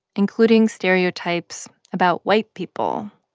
including stereotypes about white people.